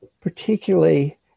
particularly